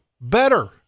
Better